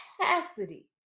capacity